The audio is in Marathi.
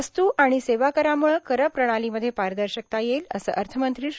वस्तू आणि सेवा करामुळं कर प्रणालीमध्ये पारदर्शकता येईल असं अर्थमंत्री श्री